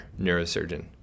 neurosurgeon